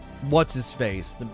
What's-his-face